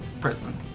person